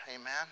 amen